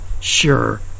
sure